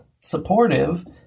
supportive